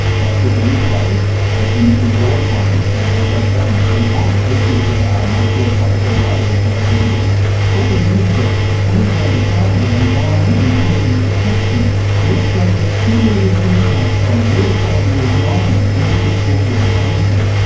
but if it is safe, as industry always claims, as as does government, then fine, please give us the data, make sure it's publicly available so that can be looked at. four years ago the queensland department of environment and heritage protection looked at the cumulative impacts on water quality of mining in the fitzroy river basin.